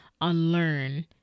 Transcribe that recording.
unlearn